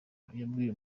yabwiye